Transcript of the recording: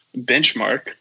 benchmark